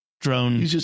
drone